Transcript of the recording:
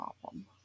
problem